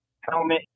helmet